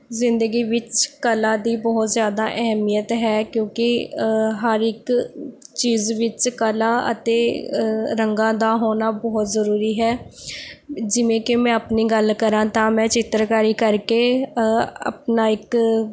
ਜ਼ਿੰਦਗੀ ਵਿੱਚ ਕਲਾ ਦੀ ਬਹੁਤ ਜ਼ਿਆਦਾ ਅਹਿਮੀਅਤ ਹੈ ਕਿਉਂਕਿ ਹਰ ਇੱਕ ਚੀਜ਼ ਵਿੱਚ ਕਲਾ ਅਤੇ ਰੰਗਾਂ ਦਾ ਹੋਣਾ ਬਹੁਤ ਜ਼ਰੂਰੀ ਹੈ ਜਿਵੇਂ ਕਿ ਮੈਂ ਆਪਣੀ ਗੱਲ ਕਰਾਂ ਤਾਂ ਮੈਂ ਚਿੱਤਰਕਾਰੀ ਕਰਕੇ ਆਪਣਾ ਇੱਕ